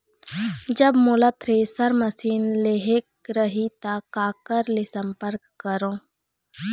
जब मोला thresher machine लेहेक रही ता काकर ले संपर्क करों?